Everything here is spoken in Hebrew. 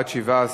הצבעה.